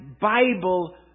Bible